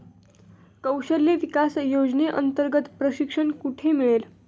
कौशल्य विकास योजनेअंतर्गत प्रशिक्षण कुठे मिळेल?